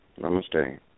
Namaste